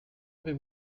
avez